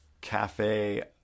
cafe